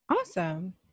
Awesome